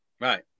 Right